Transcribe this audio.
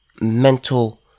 mental